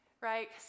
right